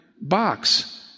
box